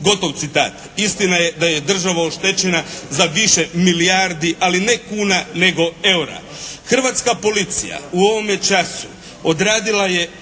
gotov citat. Istina je da je država oštećena za više milijardi, ali ne kuna nego eura. Hrvatska policija u ovome času odradila je